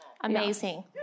amazing